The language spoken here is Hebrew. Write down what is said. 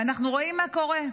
ואנחנו רואים מה קורה: